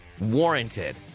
warranted